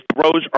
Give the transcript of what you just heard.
throws